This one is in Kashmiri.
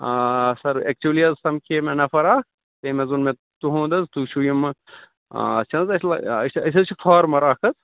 آ سَر اٮ۪کچٕوٕلی حظ سَمکھاے مےٚ نَفَر اَکھ تٔمۍ حظ وون مےٚ تُہُنٛد حظ تُہۍ چھُو یِمہٕ چھِنہٕ حظ اَسہِ لا أسۍ حظ چھِ فارمَر اَکھ حظ